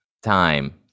time